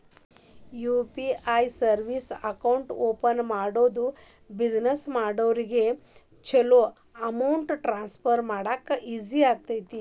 UPI service account open ಮಾಡೋದು business ಮಾಡೋರಿಗ ಚೊಲೋ ಅಮೌಂಟ್ ಟ್ರಾನ್ಸ್ಫರ್ ಈಜಿ ಆಗತ್ತ